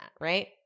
right